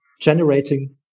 generating